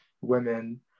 women